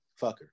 fucker